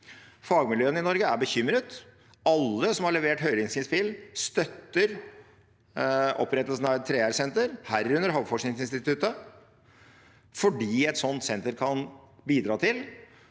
Fagmiljøene i Norge er bekymret. Alle som har levert høringsinnspill, støtter opprettelsen av et 3R-senter, herunder Havforskningsinstituttet, fordi et sånt senter kan bidra til